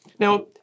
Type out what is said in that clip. Now